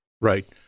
Right